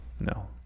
No